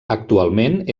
actualment